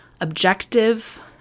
objective